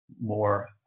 more